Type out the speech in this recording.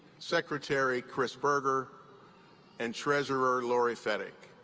secretary chris boerger and treasurer lori fedyk.